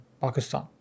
Pakistan